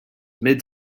mid